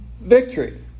victory